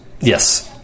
yes